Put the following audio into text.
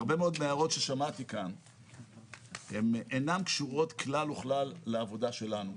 הרבה מאוד מההערות ששמעתי כאן אינן קשורות כלל וכלל לעבודה שלנו.